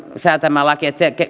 säätämään lakia